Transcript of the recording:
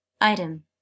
Item